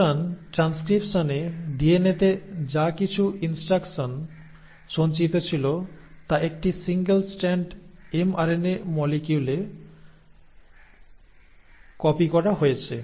সুতরাং ট্রান্সক্রিপশনে ডিএনএতে যা কিছু ইনস্ট্রাকশন সঞ্চিত ছিল তা একটি সিঙ্গেল স্ট্যান্ড এমআরএনএ মলিকিউলে কপি করা হয়েছে